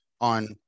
on